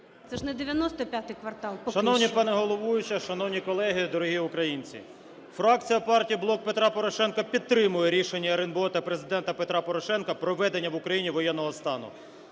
Це ж не "95 квартал"